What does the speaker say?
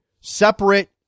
separate